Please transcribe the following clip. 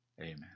Amen